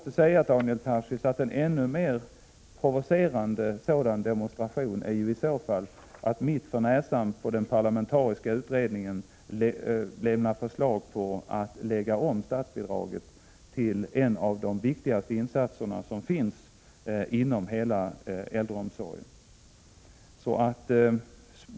En ännu mer provocerande demonstration, Daniel Tarschys, är i så fall att mitt för näsan på den parlamentariska utredningen föreslå en omläggning av statsbidraget till en av de viktigaste insatser som görs inom hela äldreomsorgen.